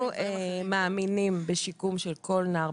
אנחנו מאמינים בשיקום של כל נער,